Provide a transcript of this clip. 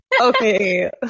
Okay